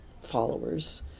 followers